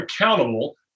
accountable